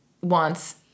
wants